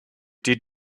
did